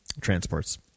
transports